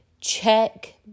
check